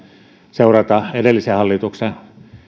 seurata edellisen hallituksen